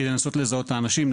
כדי לזהות את האנשים,